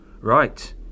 Right